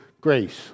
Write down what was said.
grace